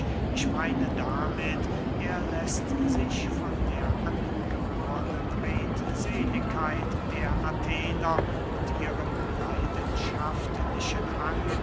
ich meine damit er läßt sich von der angebornen redseligkeit der athener und ihrem leidenschaftlichen hang